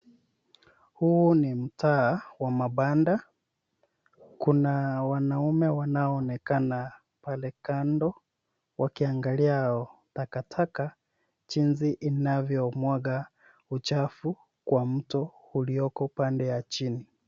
Huu ni mtaa wa mabanda. Kuna wanaume wanaonekana pale kando wakiangalia takataka jinsi inavyomwaga uchafu kwa mto ulioko pande ya chini.